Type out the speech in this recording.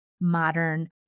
modern